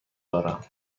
دارم